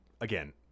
again